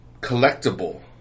collectible